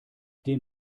den